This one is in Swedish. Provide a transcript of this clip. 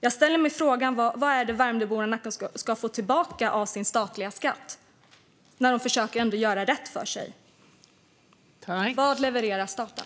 Jag ställer mig frågan: Vad är det Värmdöborna och Nackaborna ska få tillbaka av sin statliga skatt, när de försöker göra rätt för sig? Vad levererar staten?